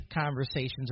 conversations